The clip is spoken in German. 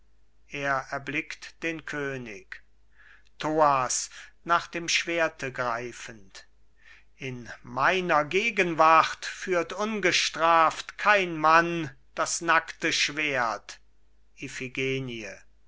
er erblickt den könig thoas nach dem schwerte greifend in meiner gegenwart führt ungestraft kein mann das nackte schwert